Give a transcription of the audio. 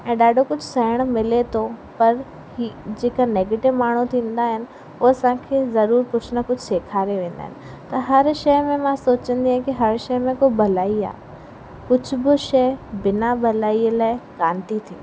ऐं ॾाढो कुझु सहणु मिले थो पर इहे जेका नैगिटिव माण्हू थींदा आहिनि उहे असांखे ज़रूरु कुझु न कुझु सेखारे वेंदा आहिनि त हर शइ में मां सोचंदी आहियां की हर शइ में कुझु भलाई आहे कुझ बि शइ बिना भलाईअ लाइ कोन थी थिए